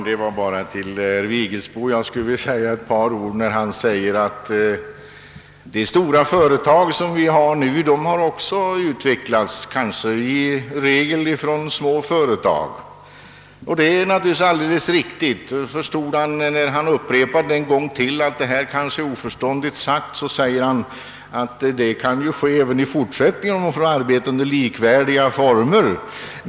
Herr talman! Herr Vigelsbo säger att de stora företag som vi nu har i regel har utvecklats ur små företag, och det är naturligtvis riktigt. För att vi skulle förstå vad han menade tillade han, att samma sak kan ske även i fortsättningen, om företagen får arbeta under likvärdiga villkor.